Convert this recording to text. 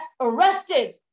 arrested